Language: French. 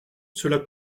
cela